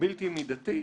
בלתי-מידתית,